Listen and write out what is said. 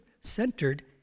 centered